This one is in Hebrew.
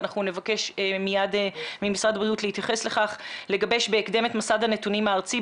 ואנחנו נבקש מיד ממשרד הבריאות להתייחס לך את מסד הנתונים הארצי,